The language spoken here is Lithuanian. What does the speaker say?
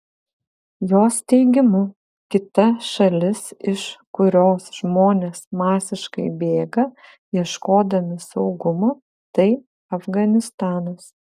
jos teigimu kita šalis iš kurios žmonės masiškai bėga ieškodami saugumo tai afganistanas